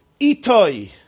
itoi